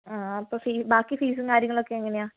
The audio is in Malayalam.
ആ അപ്പോൾ ബാക്കി ഫീസും കാര്യങ്ങളൊക്കെ എങ്ങനെയാണ്